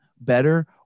better